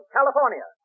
California